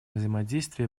взаимодействие